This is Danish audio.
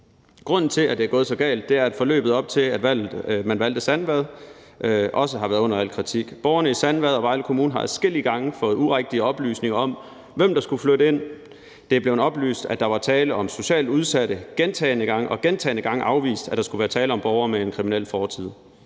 Grunden til, at det er gået så galt, er, at forløbet op til, at man valgte Sandvad, også har været under al kritik. Borgerne i Sandvad og Vejle Kommune har adskillige gange fået urigtige oplysninger om, hvem der skulle flytte ind. Det er blevet oplyst, at der var tale om socialt udsatte, gentagne gange, og gentagne gange er det blevet afvist, at der skulle være tale om borgere med en kriminel fortid.